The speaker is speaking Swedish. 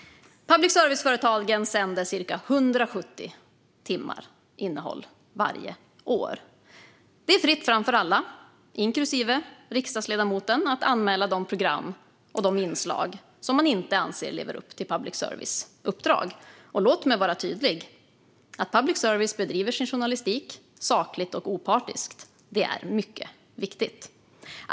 Public service-företagen sänder ca 170 000 timmar innehåll varje år. Det är fritt fram för alla, inklusive riksdagsledamoten, att anmäla de program och inslag som man inte anser lever upp till public services uppdrag. Och låt mig vara tydlig: Public service bedriver sin journalistik sakligt och opartiskt. Detta är mycket viktigt.